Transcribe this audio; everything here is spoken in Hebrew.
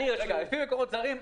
לפי מקורות זרים,